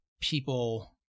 people